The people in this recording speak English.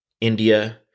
India